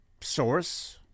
source